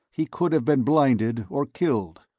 he could have been blinded or killed.